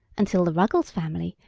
until the ruggles family,